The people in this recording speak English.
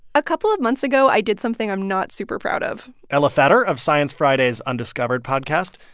a couple of months ago, i did something i'm not super proud of elah feder of science friday's undiscovered podcast,